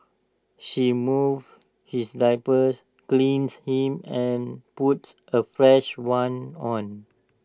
she moves his diapers cleans him and puts A fresh one on